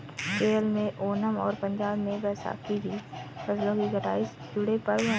केरल में ओनम और पंजाब में बैसाखी भी फसलों की कटाई से जुड़े पर्व हैं